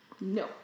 No